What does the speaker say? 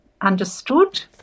understood